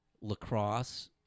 lacrosse